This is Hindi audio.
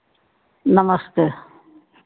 नमस्ते